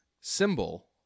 symbol